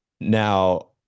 Now